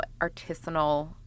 artisanal